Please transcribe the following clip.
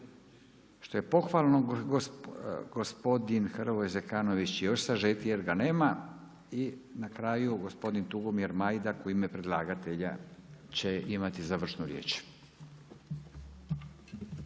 što je pohvalno. Gospodin Hrvoje Zekanović još sažetije jer ga nema. I na kraju gospodin Tugomir Majdak u ime predlagatelja će imati završnu riječ.